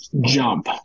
Jump